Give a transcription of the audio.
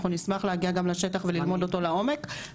אנחנו נשמח להגיע גם לשטח וללמוד אותו לעמוק.